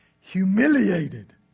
humiliated